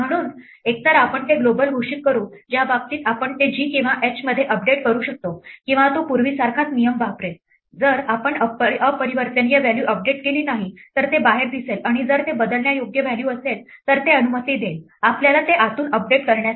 म्हणून एकतर आम्ही ते ग्लोबल घोषित करू ज्या बाबतीत आपण ते g किंवा h मध्ये अपडेट करू शकतो किंवा तो पूर्वीसारखाच नियम वापरेल जर आपण अपरिवर्तनीय व्हॅल्यू अपडेट केली नाही तर ते बाहेर दिसेल आणि जर ते बदलण्यायोग्य व्हॅल्यू असेल तर ते अनुमती देईल आपल्याला ते आतून अपडेट करण्यासाठी